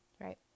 right